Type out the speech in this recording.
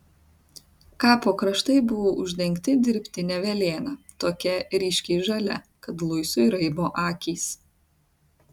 kapo kraštai buvo uždengti dirbtine velėna tokia ryškiai žalia kad luisui raibo akys